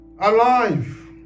alive